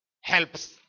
helps